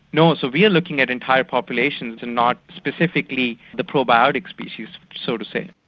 no, so we are looking at entire populations and not specifically the probiotic species, so to say.